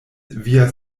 via